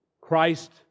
Christ